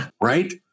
right